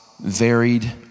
varied